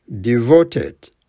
devoted